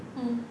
mm